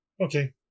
Okay